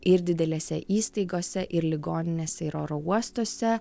ir didelėse įstaigose ir ligoninėse ir oro uostuose